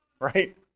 right